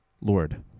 Lord